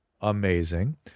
amazing